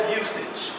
usage